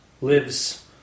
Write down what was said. lives